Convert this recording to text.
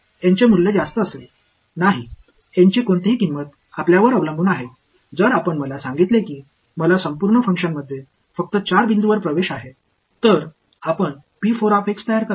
एनचे मूल्य जास्त असेल नाही एनची कोणतीही किंमत आपल्यावर अवलंबून आहे जर आपण मला सांगितले की मला संपूर्ण फंक्शनमध्ये फक्त 4 बिंदूंवर प्रवेश आहे तर आपण तयार कराल